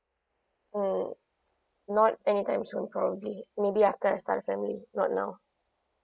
hmm not anytime soon probably maybe after I start a family not now